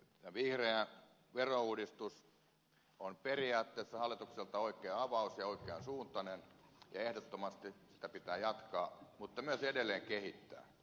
vihreä verouudistus on periaatteessa hallitukselta oikea avaus ja oikean suuntainen ja ehdottomasti sitä pitää jatkaa mutta myös edelleen kehittää